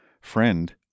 friend